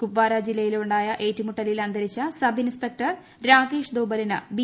കുപ്വാര ജില്ലയിലുണ്ടായ ഏറ്റുമുട്ടലിൽ അന്തരിച്ച സബ് ഇൻസ്പെക്ടർ രാകേഷ് ദ്രദോബലിന് ബി